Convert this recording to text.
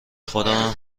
خودمم